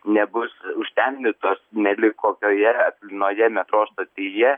nebus užtemdytos nelyg kokioje metro stotyje